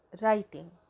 writing